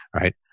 right